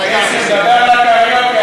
חברַיָּא, נסים, תדבר על הקריוקי,